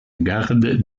garde